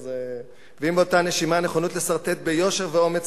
ואם באותה נשימה הנכונות לסרטט ביושר ואומץ